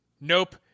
Nope